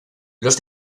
los